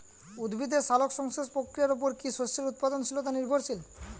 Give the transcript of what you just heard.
উদ্ভিদের সালোক সংশ্লেষ প্রক্রিয়ার উপর কী শস্যের উৎপাদনশীলতা নির্ভরশীল?